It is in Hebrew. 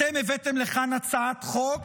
אתם הבאתם לכאן הצעת חוק